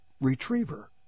retriever